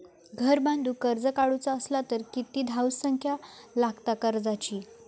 घर बांधूक कर्ज काढूचा असला तर किती धावसंख्या लागता कर्जाची?